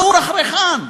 הוא רחרחן,